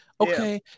okay